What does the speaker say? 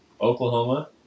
Oklahoma